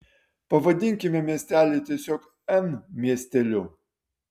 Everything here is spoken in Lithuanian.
pavadinkime miestelį tiesiog n miesteliu